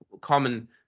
common